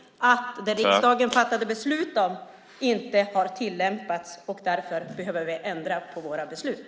Det riksdagen fattade beslut om har inte tillämpats, och därför behöver vi ändra på våra beslut.